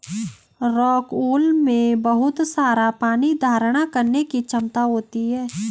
rockwool में बहुत सारा पानी धारण करने की क्षमता होती है